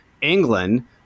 England